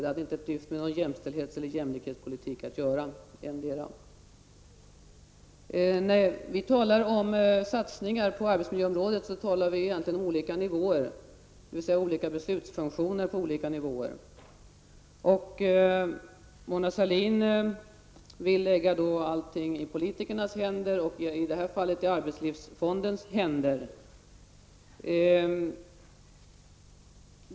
Det hade inte ett dyft med någon jämställdhets eller jämlikhetspolitik att göra. När vi talar om satsningar på arbetsmiljöområdet talar vi egentligen om olika nivåer, dvs. olika beslutsfunktioner på olika nivåer. Mona Sahlin vill lägga allt i politikernas händer och i det här fallet i arbetslivsfondens händer.